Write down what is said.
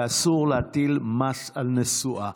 ואסור להטיל מס על נסועה.